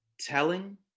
telling